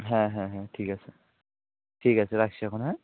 হ্যাঁ হ্যাঁ হ্যাঁ ঠিক আছে ঠিক আছে রাখছি এখন হ্যাঁ